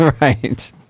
right